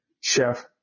Chef